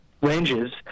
ranges